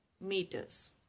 meters